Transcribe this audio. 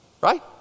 right